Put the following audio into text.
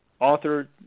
author